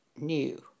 new